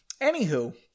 anywho